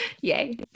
Yay